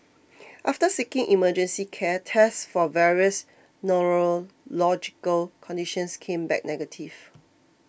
after seeking emergency care tests for various neurological conditions came back negative